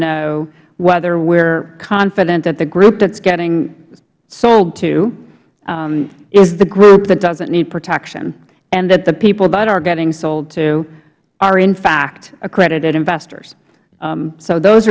know whether we're confident that the group that's getting sold to is the group that doesn't need protection and that the people that are getting sold to are in fact accredited investors